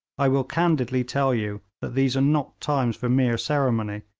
i will candidly tell you that these are not times for mere ceremony,